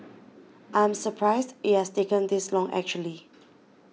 I am surprised it has taken this long actually